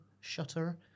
shutter